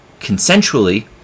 consensually